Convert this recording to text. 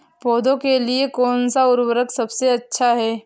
पौधों के लिए कौन सा उर्वरक सबसे अच्छा है?